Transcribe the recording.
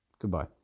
Goodbye